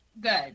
Good